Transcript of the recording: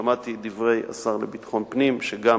שמעתי את דברי השר לביטחון פנים, שגם